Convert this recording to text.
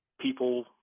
people